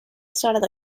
started